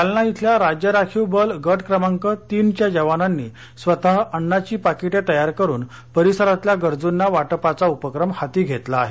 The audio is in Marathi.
जालना इथल्या राज्य राखीव बल गट क्रमांक तीनच्या जवानांनी स्वतअन्नाची पाकिटे तयार करून परिसरातल्या गरजुना वाटपाचा उपक्रम हाती घेतला आहे